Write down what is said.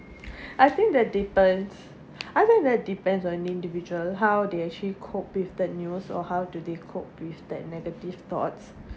I think that depends I think that depends on individual how they actually cope with the news or how do they cope with that negative thoughts